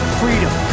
freedom